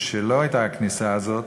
כשלא הייתה הכניסה הזאת,